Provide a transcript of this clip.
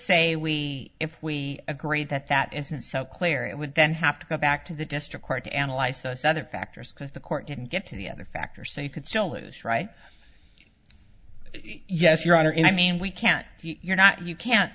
say we if we agree that that isn't so clear it would then have to go back to the district court to analyze those other factors that the court didn't get to the other factor so you could still lose right yes your honor and i mean we can't you're not you can't